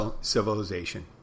civilization